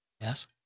Yes